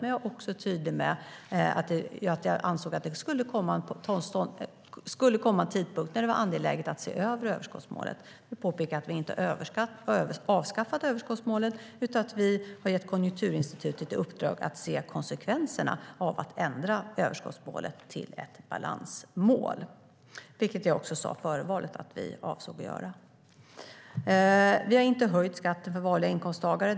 Men jag var också tydlig med att jag ansåg att det skulle komma en tidpunkt när det var angeläget att se över överskottsmålet. Jag vill påpeka att vi inte har avskaffat överskottsmålet, utan vi har gett Konjunkturinstitutet i uppdrag att titta på konsekvenserna av att ändra överskottsmålet till ett balansmål. Det sa jag redan före valet att vi avsåg att göra. Vi höjer inte skatten för vanliga inkomsttagare.